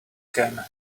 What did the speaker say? can